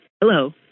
Hello